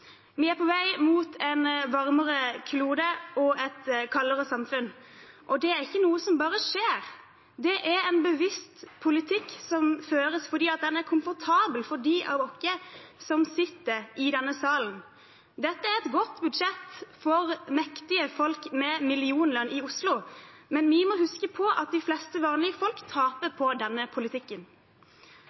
Vi er på vei mot en varmere klode og et kaldere samfunn, og det er ikke noe som bare skjer, det er en bevisst politikk som føres fordi den er komfortabel for oss som sitter i denne salen. Dette er et godt budsjett for mektige folk med millionlønn i Oslo, men vi må huske på at de fleste vanlige folk taper på denne politikken.